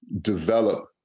develop